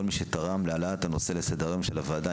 מי שתרם להעלאת הנושא לסדר היום של הוועדה.